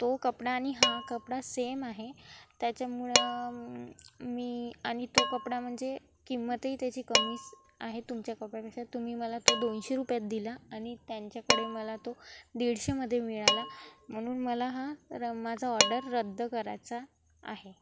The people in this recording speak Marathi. तो कपडा आणि हा कपडा सेम आहे त्याच्यामुळं मी आणि तो कपडा म्हणजे किंमतही त्याची कमी आहे तुमच्या कपड्यापेक्षा तुम्ही मला तो दोनशे रुपयात दिला आणि त्यांच्याकडे मला तो दीडशेमध्ये मिळाला म्हणून मला हा र माझा ऑर्डर रद्द करायचा आहे